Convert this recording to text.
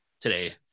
today